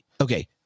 Okay